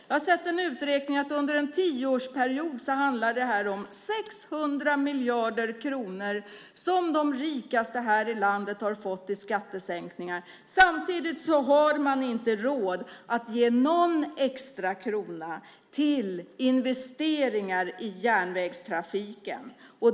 Jag har sett i en uträkning att under en tioårsperiod handlar det om 600 miljarder kronor som de rikaste här i landet har fått i skattesänkningar. Samtidigt har man inte råd att ge en extra krona till investeringar i järnvägstrafiken.